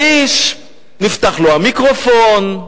והאיש, נפתח לו המיקרופון,